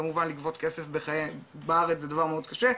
כמובן לגבות כסף בארץ זה דבר מאוד קשה,